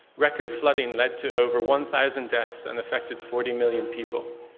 record flooding led to over one thousand deaths and affected forty million people.